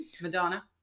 Madonna